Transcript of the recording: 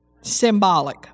symbolic